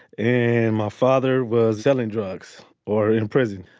and my father was selling drugs or in prison.